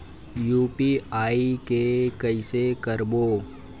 UPI के कइसे करबो?